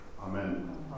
Amen